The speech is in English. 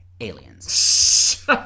Aliens